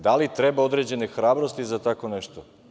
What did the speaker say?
Da li treba određene hrabrosti za tako nešto?